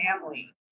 family